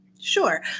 Sure